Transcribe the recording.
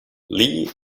lee